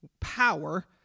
power